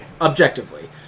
Objectively